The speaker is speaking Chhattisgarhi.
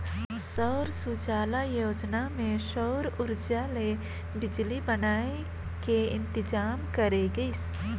सौर सूजला योजना मे सउर उरजा ले बिजली बनाए के इंतजाम करे गइस